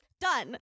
Done